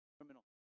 criminal